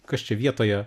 kas čia vietoje